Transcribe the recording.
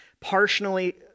partially